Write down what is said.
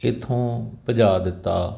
ਇੱਥੋਂ ਭਜਾ ਦਿੱਤਾ